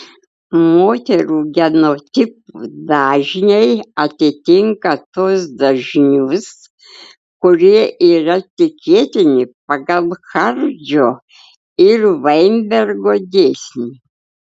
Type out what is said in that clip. moterų genotipų dažniai atitinka tuos dažnius kurie yra tikėtini pagal hardžio ir vainbergo dėsnį